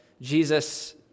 Jesus